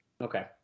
Okay